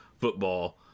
football